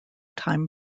time